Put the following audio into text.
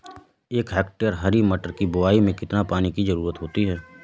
एक हेक्टेयर हरी मटर की बुवाई में कितनी पानी की ज़रुरत होती है?